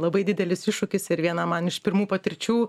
labai didelis iššūkis ir viena man iš pirmų patirčių